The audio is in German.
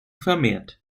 vermehrt